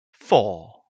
four